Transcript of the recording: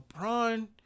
LeBron